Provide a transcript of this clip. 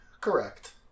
Correct